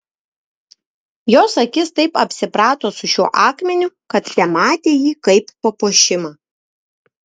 jos akis taip apsiprato su šiuo akmeniu kad tematė jį kaip papuošimą